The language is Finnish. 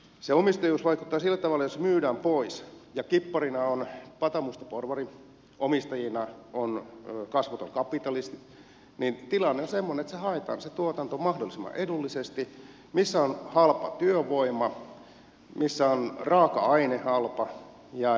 se omistajuus vaikuttaa sillä tavalla että jos se myydään pois ja kipparina on patamusta porvari omistajana kasvoton kapitalisti niin tilanne on semmoinen että se tuotanto haetaan mahdollisimman edullisesti sieltä missä on halpa työvoima ja missä on halpa raaka aine